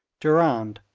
durand,